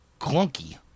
clunky